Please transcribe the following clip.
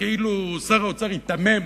שר האוצר כאילו היתמם,